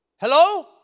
Hello